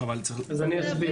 אז אני אסביר.